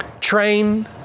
train